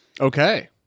Okay